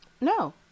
No